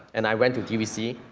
and i went to dvc,